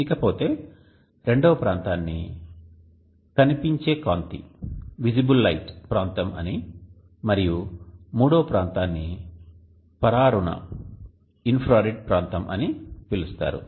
ఇకపోతే రెండవ ప్రాంతాన్ని "కనిపించే కాంతి ప్రాంతం" అని మరియు మూడవ ప్రాంతాన్ని పరారుణ ప్రాంతం అని పిలుస్తారు